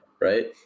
right